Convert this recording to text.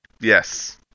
Yes